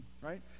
right